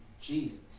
Jesus